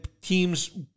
Teams